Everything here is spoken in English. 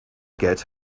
get